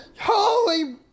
Holy